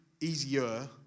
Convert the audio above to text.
easier